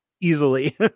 easily